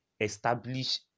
establish